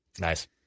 Nice